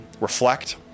reflect